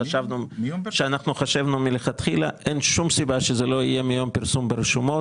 חשבנו מלכתחילה אין שום סיבה שזה לא יהיה מיום הפרסום ברשומות.